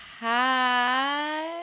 Hi